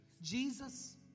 Jesus